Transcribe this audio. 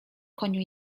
koniu